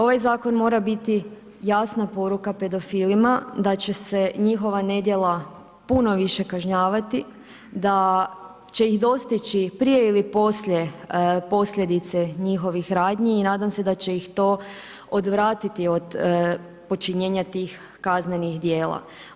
Ovaj zakon mora biti jasna poruka pedofilima da će se njihova nedjela puno više kažnjavati, da će ih dostići prije ili poslije posljedice njihovih radnji i nadam se da će ih to odvratiti od počinjenja tih kaznenih djela.